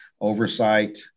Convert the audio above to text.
oversight